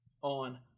on